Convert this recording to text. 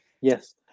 Yes